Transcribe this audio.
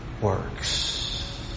works